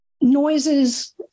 noises